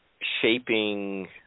shaping